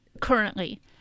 currently